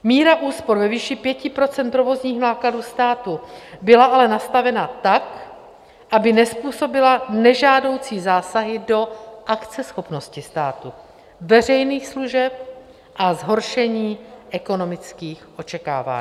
Míra úspor ve výši 5 % provozních nákladů státu byla ale nastavena tak, aby nezpůsobila nežádoucí zásahy do akceschopnosti státu, veřejných služeb a zhoršení ekonomických očekávání.